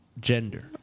gender